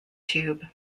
tube